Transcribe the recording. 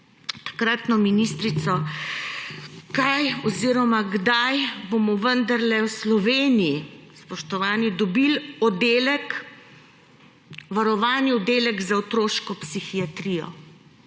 takratno ministrico, kdaj bomo vendarle v Sloveniji, spoštovani, dobili varovani oddelek za otroško psihiatrijo.